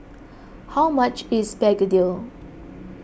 how much is Begedil